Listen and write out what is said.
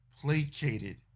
placated